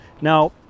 Now